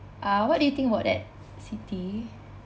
uh what do you think about that siti